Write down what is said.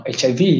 HIV